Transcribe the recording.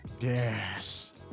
Yes